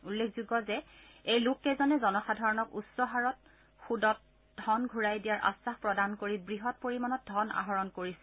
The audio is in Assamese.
উল্লেখযোগ্য যে এই লোককেইজনে জনসাধাৰণক উচ্চ হাৰৰ সুদত ধন ঘূৰাই দিয়াৰ আশ্বাস প্ৰদান কৰি বৃহৎ পৰিমাণত ধন আহৰণ কৰিছিল